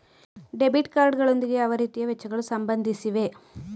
Debit card ಗಳೊಂದಿಗೆ ಯಾವ ರೀತಿಯ ವೆಚ್ಚಗಳು ಸಂಬಂಧಿಸಿವೆ?